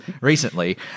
recently